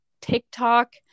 TikTok